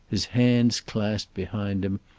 his hands clasped behind him,